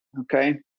okay